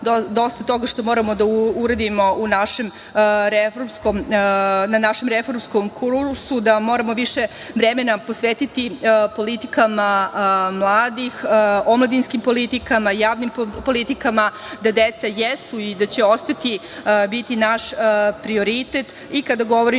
dosta toga što moramo da uradimo na našem reformskom kulusu, da moramo više vremena posvetiti politikama mladih, omladinskim politikama, javnim politikama, da deca jesu i ostaće naš prioritet kada govorimo